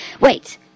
Wait